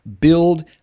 build